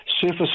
surface